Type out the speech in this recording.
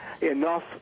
enough